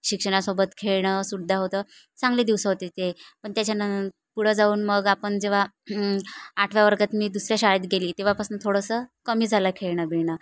शिक्षणासोबत खेळणं सुद्धा होतं चांगले दिवस होते ते पण त्याच्यानं पुढं जाऊन मग आपण जेव्हा आठव्या वर्गात मी दुसऱ्या शाळेत गेली तेव्हापासून थोडंसं कमी झालं खेळणं बिळणं